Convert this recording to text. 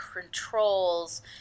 controls